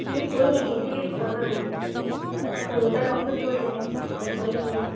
نہیں کوئی نہیں ہے اِسی لیے تو پرابلیم ہیں اگر کوئی ہوتا تو ہم خود چھوڑ دیتے پر کوئی نہیں ہے